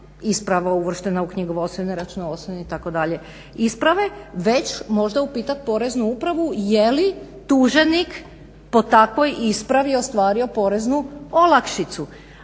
isprava uvrštena u knjigovodstvene, računovodstvene itd. isprave već možda upitati Poreznu upravu je li tuženik po takvoj ispravi ostvario poreznu olakšicu,